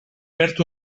perd